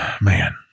man